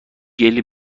گلی